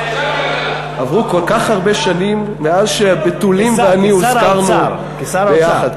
עברו כל כך הרבה שנים מאז שהבתולים ואני הוזכרנו יחד.